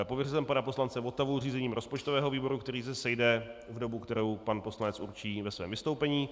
Pověřil jsem pana poslance Votavu řízením rozpočtového výboru, který se sejde v dobu, kterou pan poslanec určí ve svém vystoupení.